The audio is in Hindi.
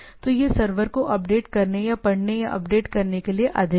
तो यह सर्वर को अपडेट करने या पढ़ने या अपडेट करने के लिए अधिक है